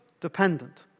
dependent